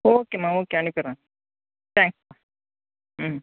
ஓகேமா ஓகே அனுப்பிடுறேன் தேங்க்ஸ்மா ம்